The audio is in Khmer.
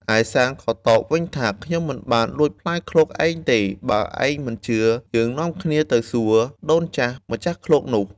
ឯសាន្តក៏តបវិញថា “ខ្ញុំមិនបានលួចផ្លែឃ្លោកឯងទេ! បើឯងមិនជឿ យើងនាំគ្នាទៅសួរ ដូនចាស់ម្ចាស់ឃ្លោកនោះ”។